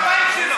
הבית שלו.